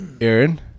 Aaron